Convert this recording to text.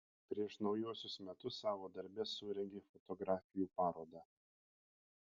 prieš naujuosius metus savo darbe surengei fotografijų parodą